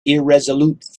irresolute